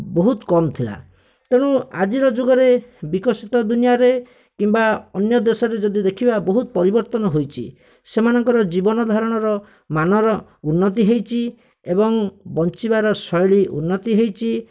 ବହୁତ କମ୍ ଥିଲା ତେଣୁ ଆଜିର ଯୁଗରେ ବିକଶିତ ଦୁନିଆରେ କିମ୍ବା ଅନ୍ୟ ଦେଶରେ ଯଦି ଦେଖିବା ବହୁତ ପରିବର୍ତ୍ତନ ହୋଇଛି ସେମାନଙ୍କର ଜୀବନଧାରଣର ମାନର ଉନ୍ନତି ହୋଇଛି ଏବଂ ବଞ୍ଚିବାର ଶୈଳୀ ଉନ୍ନତି ହୋଇଛି